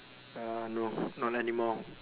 uh no not anymore